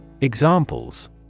Examples